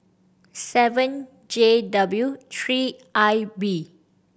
seven J W three I B